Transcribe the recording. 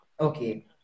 Okay